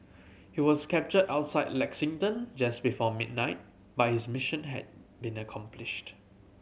he was captured outside Lexington just before midnight but his mission had been accomplished